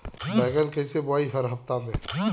बैगन कईसे बेचाई हर हफ्ता में?